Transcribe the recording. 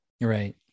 Right